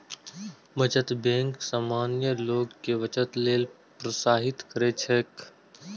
बचत बैंक सामान्य लोग कें बचत लेल प्रोत्साहित करैत छैक